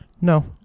No